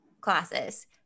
classes